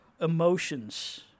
emotions